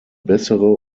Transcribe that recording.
bessere